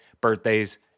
Birthdays